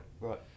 Right